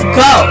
go